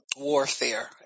warfare